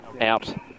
out